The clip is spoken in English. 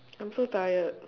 I'm so tired